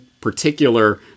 particular